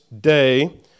Day